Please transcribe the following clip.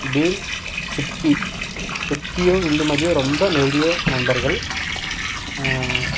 beam Chutki சுட்க்கியும் இந்துமதியும் ரொம்ப நெருங்கிய நண்பர்கள்